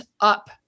up